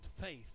faith